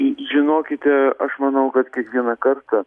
žinokite aš manau kad kiekvieną kartą